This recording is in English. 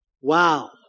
Wow